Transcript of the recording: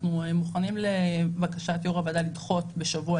אנחנו מוכנים לבקשת יושב ראש הוועדה לדחות בשבוע,